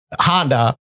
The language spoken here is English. Honda